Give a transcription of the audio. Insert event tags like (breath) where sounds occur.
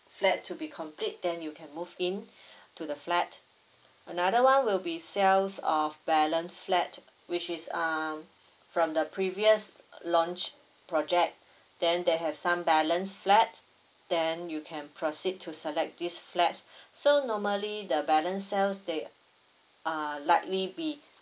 flat to be complete then you can move in (breath) to the flat another one will be sales of balance flat which is um from the previous launch project (breath) then they have some balance flat then you can proceed to select this flats (breath) so normally the balance cells they uh lightly